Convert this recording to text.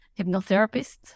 hypnotherapist